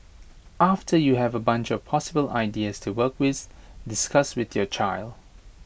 after you have A bunch of possible ideas to work with discuss with your child